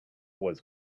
was